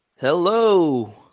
Hello